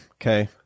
Okay